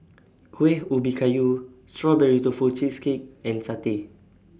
Kueh Ubi Kayu Strawberry Tofu Cheesecake and Satay